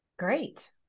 Great